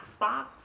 Xbox